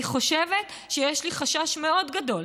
אני חושבת שיש לי חשש מאוד גדול,